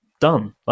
done